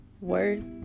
worth